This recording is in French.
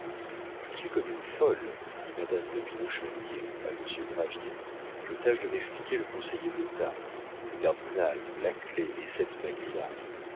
je suis comme une folle dit madame popinot chandier à monsieur gravier je tâche de m'expliquer le conseiller d'état le cardinal la clef et cette maculat